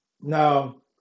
Now